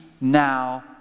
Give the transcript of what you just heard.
now